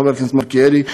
חבר הכנסת מלכיאלי,